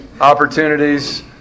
opportunities